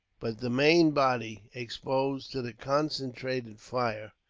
but the main body, exposed to the concentrated fire,